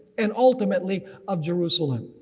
and ultimately of jerusalem.